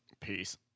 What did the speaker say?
Peace